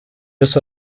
uso